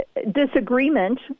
disagreement